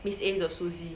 miss A 的 suzy